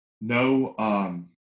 no